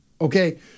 Okay